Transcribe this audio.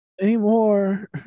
anymore